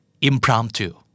Impromptu